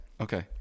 Okay